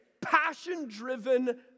passion-driven